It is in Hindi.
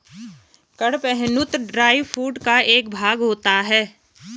कड़पहनुत ड्राई फूड का एक भाग होता है